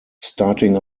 starting